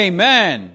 Amen